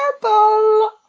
purple